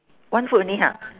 one foot only ha